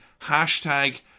hashtag